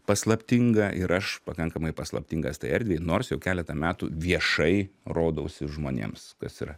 paslaptinga ir aš pakankamai paslaptingas tai erdvei nors jau keletą metų viešai rodausi žmonėms kas yra